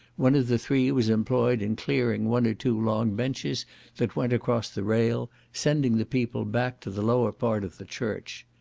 one of the three was employed in clearing one or two long benches that went across the rail, sending the people back to the lower part of the church.